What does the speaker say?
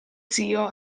zio